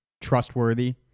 trustworthy